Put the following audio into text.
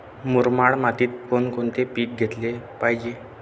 मुरमाड मातीत कोणकोणते पीक घेतले पाहिजे?